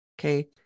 Okay